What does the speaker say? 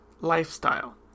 lifestyle